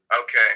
okay